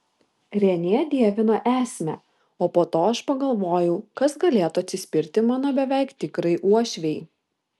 renė dievino esmę o po to aš pagalvojau kas galėtų atsispirti mano beveik tikrai uošvei